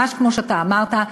ממש כמו שאתה אמרת,